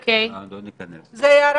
היום או לכל המאוחר מחר אני אגיש